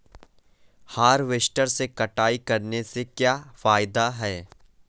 Harvester से कटाई करने से क्या फायदा है?